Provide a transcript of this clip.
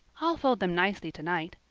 i'll fold them nicely tonight.